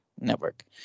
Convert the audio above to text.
Network